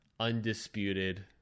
Undisputed